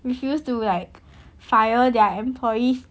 which used to like fire their employees